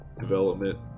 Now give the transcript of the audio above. development